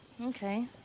Okay